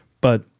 but-